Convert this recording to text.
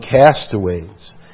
castaways